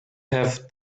have